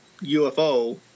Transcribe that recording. UFO